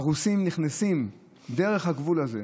הרוסים נכנסים דרך הגבול הזה,